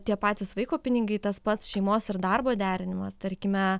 tie patys vaiko pinigai tas pats šeimos ir darbo derinimas tarkime